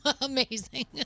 amazing